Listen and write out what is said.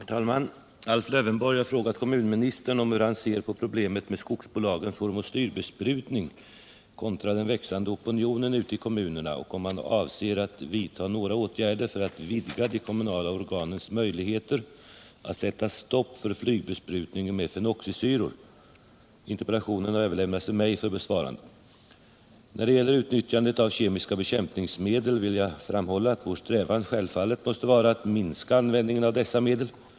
Herr talman! Alf Lövenborg har frågat kommunministern hur han ser på problemet med skogsbolagens hormoslyrbesprutning kontra den växande opinionen ute i kommunerna och om han avser att vidta några åtgärder för att vidga de kommunala organens möjligheter att sätta stopp för flygbesprutningen med fenoxisyror. Interpellationen har överlämnats till mig för besvarande. När det gäller utnyttjandet av kemiska bekämpningsmedel vill jag framhålla att vår strävan självfallet måste vara att minska användningen av dessa medel.